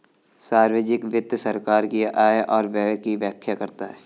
सार्वजिक वित्त सरकार की आय और व्यय की व्याख्या करता है